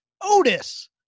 Otis